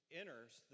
enters